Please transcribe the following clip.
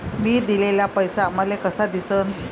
मी दिलेला पैसा मले कसा दिसन?